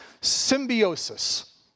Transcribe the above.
symbiosis